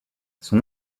son